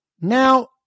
Now